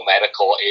Medical